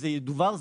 זה ידובר,